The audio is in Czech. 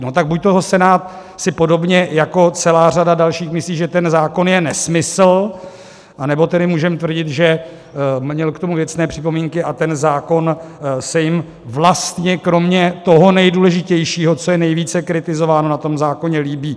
No, tak buďto Senát si podobně jako celá řada dalších myslí, že ten zákon je nesmysl, anebo můžeme tvrdit, že měl k tomu věcné připomínky a ten zákon se jim, vlastně kromě toho nejdůležitějšího, co je nejvíce kritizováno na tom zákoně, líbí.